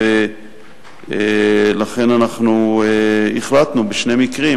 ולכן החלטנו בשני מקרים